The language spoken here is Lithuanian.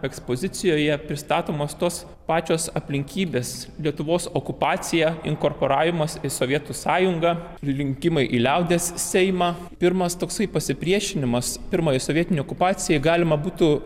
ekspozicijoje pristatomas tos pačios aplinkybės lietuvos okupaciją inkorporavimas į sovietų sąjunga rinkimai į liaudies seimą pirmas toksai pasipriešinimas pirmai sovietinei okupacijai galima būtų